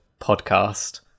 podcast